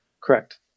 Correct